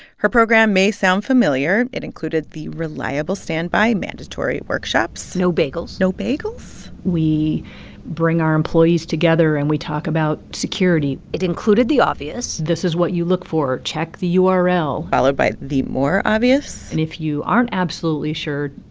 her program may sound familiar. it included the reliable standby mandatory workshops no bagels no bagels? we bring our employees together, and we talk about security it included the obvious this is what you look for. check the url followed by the more obvious and if you aren't absolutely sure,